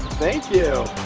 thank you.